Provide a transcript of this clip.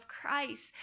Christ